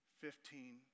Fifteen